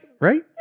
right